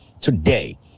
Today